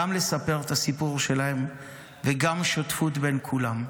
גם לספר את הסיפור שלהם וגם שותפות בין כולם.